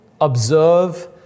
observe